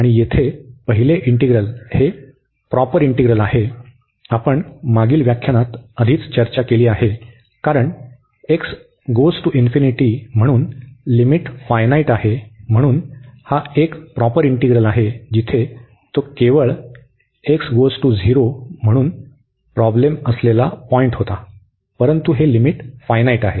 आणि हे येथे पहिले इंटीग्रल हे प्रॉपर इंटीग्रल आहे आपण मागील व्याख्यानात आधीच चर्चा केली आहे कारण म्हणून लिमिट फायनाईट आहे म्हणून हा एक प्रॉपर इंटीग्रल आहे जिथे तो केवळ म्हणून प्रॉब्लेम असलेला बिंदू होता परंतु हे लिमिट फायनाईट आहे